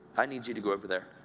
i need you to go over there!